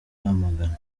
rwamagana